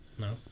No